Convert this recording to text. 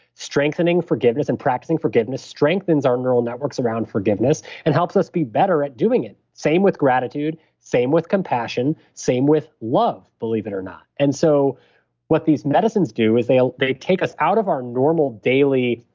strengthening forgiveness, and practicing forgiveness, strengthens our neural networks around forgiveness and helps us be better at doing it. same with gratitude, same with compassion, same with love, believe it or not and so what these medicines do is they ah they take us out of our normal daily,